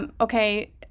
Okay